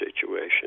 situation